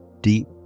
deep